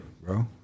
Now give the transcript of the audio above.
bro